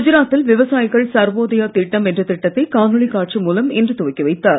குஜராத்தில் விவசாயிகள் சர்வோதயா திட்டம் என்ற திட்டத்தை காணொலி காட்சி மூலம் இன்று துவக்கி வைத்தார்